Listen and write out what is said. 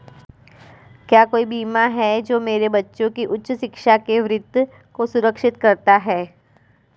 क्या कोई बीमा है जो मेरे बच्चों की उच्च शिक्षा के वित्त को सुरक्षित करता है?